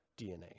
DNA